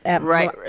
right